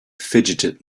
fidgeted